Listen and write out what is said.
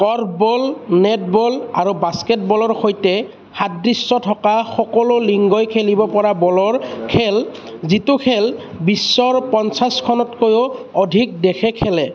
curveball netball আৰু বাস্কেটবলৰ সৈতে সাদৃশ্য থকা সকলো লিংগই খেলিব পৰা বলৰ খেল যিটো খেল বিশ্বৰ পঞ্চাশ খনতকৈও অধিক দেশে খেলে